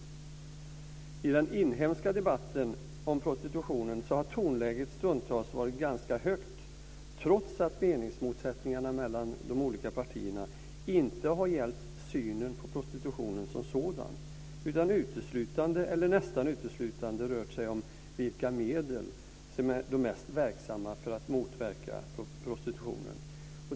I den inhemska debatten om prostitutionen har tonläget stundtals varit ganska högt trots att meningsmotsättningarna mellan de olika partierna inte har gällt synen på prostitutionen som sådan utan uteslutande, eller nästan uteslutande, rört sig om vilka medel som är mest verksamma för att motverka prostitutionen.